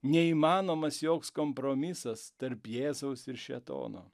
neįmanomas joks kompromisas tarp jėzaus ir šėtono